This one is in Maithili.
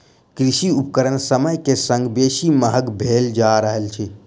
कृषि उपकरण समय के संग बेसी महग भेल जा रहल अछि